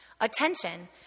Attention